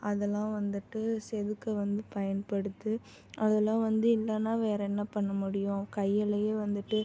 அதெல்லாம் வந்துட்டு செதுக்க வந்து பயன்படுது அதெல்லாம் வந்து இல்லைன்னா வேறு என்ன பண்ண முடியும் கையிலையே வந்துட்டு